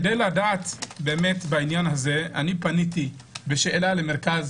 כדי לדעת בעניין הזה פניתי בשאלה למרכז